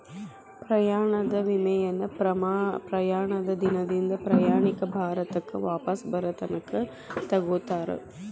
ಪ್ರಯಾಣದ ವಿಮೆಯನ್ನ ಪ್ರಯಾಣದ ದಿನದಿಂದ ಪ್ರಯಾಣಿಕ ಭಾರತಕ್ಕ ವಾಪಸ್ ಬರತನ ತೊಗೋತಾರ